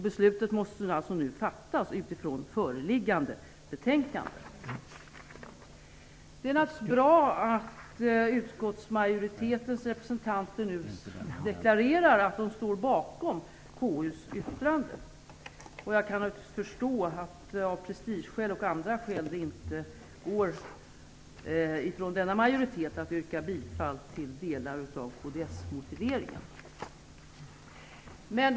Beslutet måste nu fattas utifrån föreliggande betänkande. Det är naturligtvis bra att utskottsmajoritetens representanter nu deklarerar att de står bakom KU:s yttrande. Jag kan förstå att denna majoritet, av prestigeskäl och andra skäl, inte kan yrka bifall till delar av kds-motiveringen.